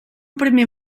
primer